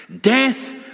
Death